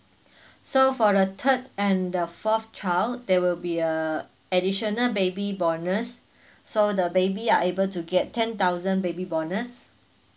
so for the third and the fourth child there will be a additional baby bonus so the baby are able to get ten thousand baby bonus